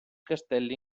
castelli